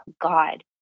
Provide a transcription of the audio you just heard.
God